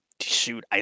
shoot